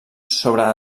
sobre